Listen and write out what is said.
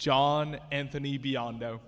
john anthony beyond though